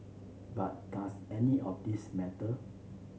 but does any of this matter